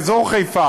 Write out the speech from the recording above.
למשל באזור חיפה,